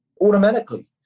automatically